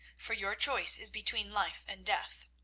for your choice is between life and death.